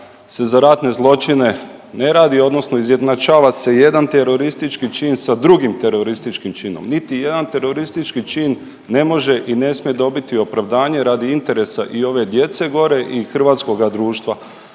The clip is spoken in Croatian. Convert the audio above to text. se za ratne zločine ne radi, odnosno izjednačava se jedan teroristički čin sa drugim terorističkim činom. Niti jedan teroristički čin ne može i ne smije dobiti opravdanje radi interesa i ove djece gore i hrvatskoga društva.